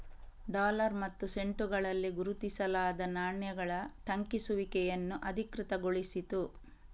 dollar ಮತ್ತು ಸೆಂಟುಗಳಲ್ಲಿ ಗುರುತಿಸಲಾದ ನಾಣ್ಯಗಳ ಟಂಕಿಸುವಿಕೆಯನ್ನು ಅಧಿಕೃತಗೊಳಿಸಿತು